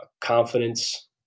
confidence